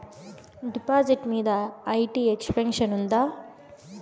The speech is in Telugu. డిపాజిట్లు మీద ఐ.టి ఎక్సెంప్షన్ ఉందా?